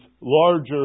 larger